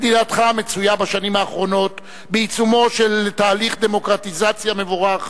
מדינתך מצויה בשנים האחרונות בעיצומו של תהליך דמוקרטיזציה מבורך,